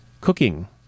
Cooking